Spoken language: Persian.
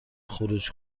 خروج